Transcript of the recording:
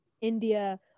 india